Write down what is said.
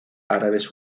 árabes